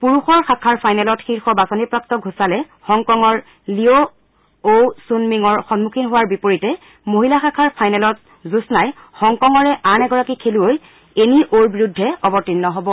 পুৰুষৰ শাখাৰ ফাইনেলত শীৰ্ষ বাচনিপ্ৰাপু ঘোচালে হংকঙৰ লিঅ' অউ চুন মিংঙৰ সন্মুখীন হোৱাৰ বিপৰীতে মহিলা শাখাৰ ফাইনেলত জোমাই হংকঙৰে আন এগৰাকী খেলুৱৈ এনি অউৰ বিৰুদ্ধে অৱতীৰ্ণ হব